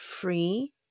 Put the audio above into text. free